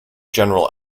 general